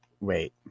Wait